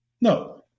no